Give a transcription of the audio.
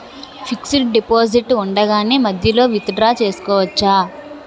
Fixed deposit ఉండగానే మధ్యలో withdraw చేసుకోవచ్చా?